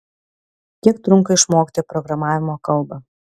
kiek trunka išmokti programavimo kalbą